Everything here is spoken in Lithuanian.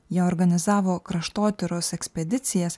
ji organizavo kraštotyros ekspedicijas